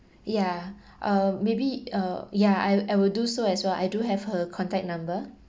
yeah um maybe uh yeah I I will do so as well I do have her contact number